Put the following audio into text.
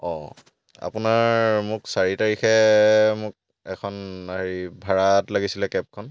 অঁ আপোনাৰ মোক চাৰি তাৰিখে মোক এখন হেৰি ভাড়াত লাগিছিলে কেবখন